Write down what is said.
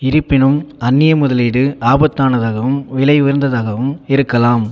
இருப்பினும் அந்நிய முதலீடு ஆபத்தானதாகவும் விலை உயர்ந்ததாகவும் இருக்கலாம்